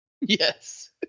Yes